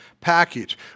package